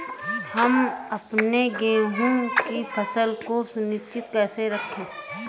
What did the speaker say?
हम अपने गेहूँ की फसल को सुरक्षित कैसे रखें?